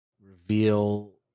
reveal